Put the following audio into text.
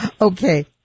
Okay